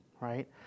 right